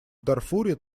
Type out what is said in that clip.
дарфуре